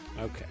okay